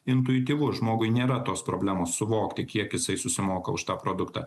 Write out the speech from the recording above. intuityvu žmogui nėra tos problemos suvokti kiek jisai susimoka už tą produktą